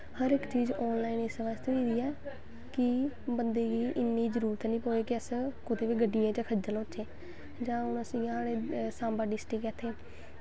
हर इक चीज़ online इस बास्तै होई दी ऐ कि बंदे गी इन्नी जरूरत निं पवै कि अस गड्डियै च खज्जल होचै जां जि'यां हून सांबा डिस्टिक ऐ इत्थें